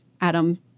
Adam